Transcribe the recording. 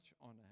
honor